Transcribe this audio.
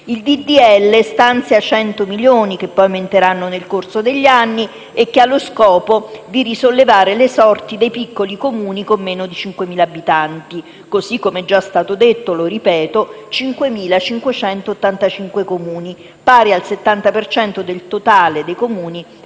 legge stanzia cento milioni, che poi aumenteranno nel corso degli anni, e ha lo scopo di risollevare le sorti dei piccoli Comuni con meno di 5.000 abitanti. Così come è già stato detto - e lo ripeto - solo 5.585 Comuni, pari al 70 per cento del totale dei Comuni